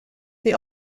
they